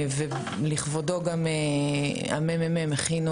ולכבודו גם הממ"מ הכינו